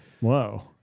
Whoa